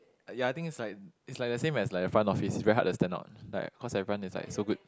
ya I think is like is like the same as like front office very hard to stand out like cause everyone is like so good